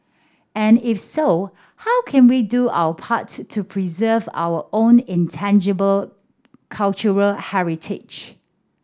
and if so how can we do our part to preserve our own intangible cultural heritage